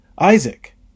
Isaac